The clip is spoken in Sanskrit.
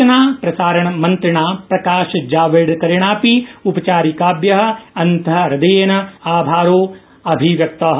सूचनाप्रसारणमंत्रिणा प्रकाशजावडेकरेणोपि उपचारिकाभ्यः अन्तःहृदयेन आभारः अभिव्यक्तः